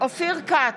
אופיר כץ,